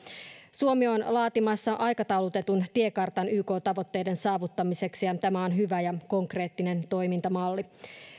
suomi on laatimassa aikataulutetun tiekartan yk tavoitteiden saavuttamiseksi ja tämä on hyvä ja konkreettinen toimintamalli